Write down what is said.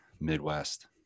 Midwest